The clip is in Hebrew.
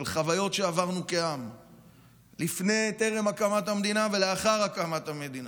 של חוויות שעברנו כעם טרם הקמת המדינה ולאחר הקמת המדינה.